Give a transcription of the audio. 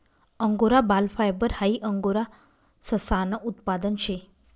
angora बाल fibre हाई angora ससानं उत्पादन शे